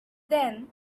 then